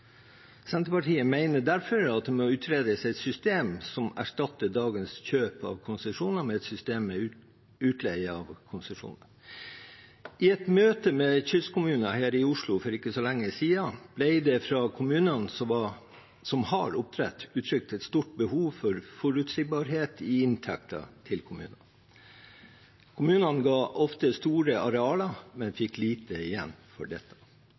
Senterpartiet mener derfor at det må utredes et system som erstatter dagens kjøp av konsesjoner med et system med utleie av konsesjoner. I et møte med kystkommuner her i Oslo for ikke så lenge siden ble det fra kommuner som har oppdrett, uttrykt et stort behov for forutsigbarhet i inntekter til kommunen. Kommunene ga ofte store arealer, men fikk lite igjen for